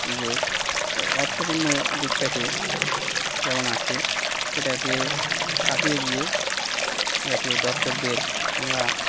যে অর্থপূর্ণ দিকটাকে যেমন আছে সেটাকে ছাপিয়ে গিয়ে যাতে দর্শকদের আমরা